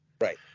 Right